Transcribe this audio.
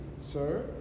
sir